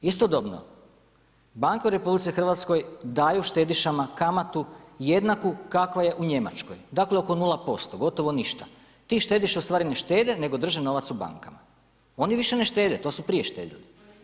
Istodobno, banke u RH daju štedišama kamatu jednaku kakva je u Njemačkoj dakle oko 0% gotovo ništa, ti štediše ustvari ne štede nego drže novac u bankama, oni više ne štede to su prije štedili.